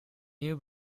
new